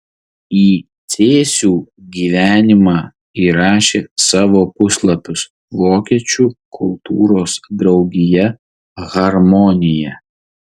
į cėsių gyvenimą įrašė savo puslapius vokiečių kultūros draugija harmonija